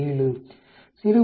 7 0